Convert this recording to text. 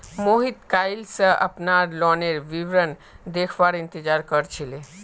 मोहित कइल स अपनार लोनेर विवरण देखवार इंतजार कर छिले